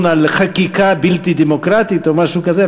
על חקיקה בלתי דמוקרטית או משהו כזה?